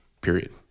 Period